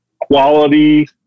quality